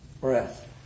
breath